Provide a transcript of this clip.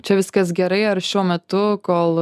čia viskas gerai ar šiuo metu kol